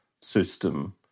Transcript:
system